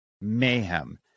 mayhem